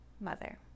mother